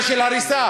בנושא של הריסה.